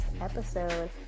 episode